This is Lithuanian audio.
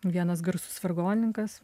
vienas garsus vargonininkas